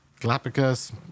Galapagos